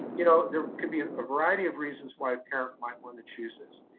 you know there could be and a variety of reasons why a parent might wanna choose this.